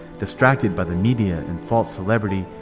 distracted by the media and false celebrity,